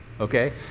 okay